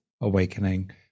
awakening